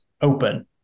open